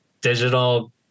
digital